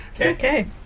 Okay